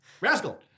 Rascal